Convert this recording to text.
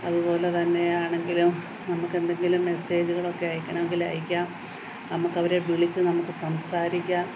അതുപോലെതന്നെയാണെങ്കിലും നമുക്ക് എന്തെങ്കിലും മെസ്സേജുകളൊക്കെ അയക്കണമെങ്കിൽ അയക്കാം നമുക്ക് അവരെ വിളിച്ച് നമുക്ക് സംസാരിക്കാം